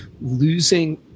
losing